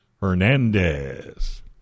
Hernandez